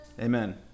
Amen